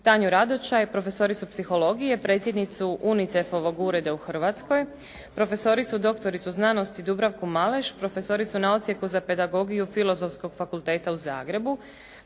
Tanju Radočaj profesoricu psihologije, predsjednicu UNICEF-ovog ureda u Hrvatskoj, profesoricu doktoricu znanosti Dubravku Maleš profesoricu na odsjeku za pedagogiju Filozofskog fakulteta u Zagrebu,